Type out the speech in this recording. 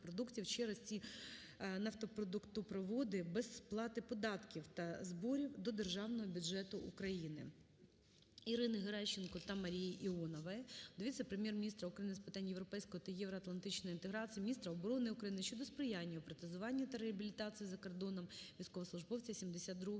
через ці нафтопродуктопроводи без сплати податків та зборів до Державного бюджету України. Ірини Геращенко та Марії Іонової до віце-прем'єр-міністра України з питань європейської та євроатлантичної інтеграції, міністра оборони України щодо сприяння у протезуванні та реабілітації за кордоном військовослужбовця 72-ї ОМБр